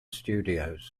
studios